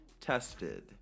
tested